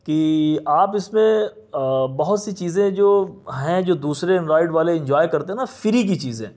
کہ آپ اس میں بہت سی چیزیں جو ہیں جو دوسرے انڈرائیڈ والے انجوائے کرتے ہیں نا فری کی چیزیں